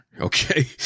okay